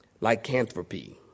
Lycanthropy